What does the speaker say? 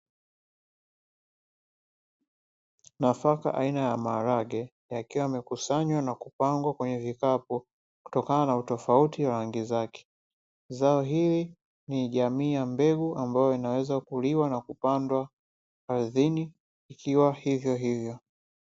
Nafaka aina ya maharage yakiwa yamekusanywa na kupangwa kwenye vikapu kutokana na utofauti wa rangi zake. Zao hili ni jamii ya mbegu ambayo inaweza kuliwa na kupandwa ardhini ikiwa hivyohivyo.